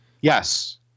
Yes